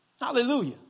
Hallelujah